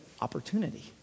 opportunity